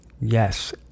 Yes